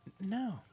No